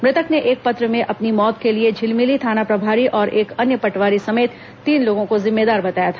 मृतक ने एक पत्र में अपनी मौत के लिए झिलमिली थाना प्रभारी और एक अन्य पटवारी समेत तीन लोगों को जिम्मेदार बताया था